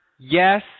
Yes